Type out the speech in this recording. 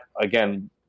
again